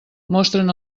mostren